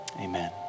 amen